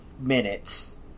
minutes